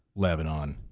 lebanon,